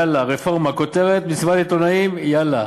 יאללה רפורמה, כותרת, מסיבת עיתונאים, יאללה.